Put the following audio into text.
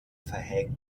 verhängt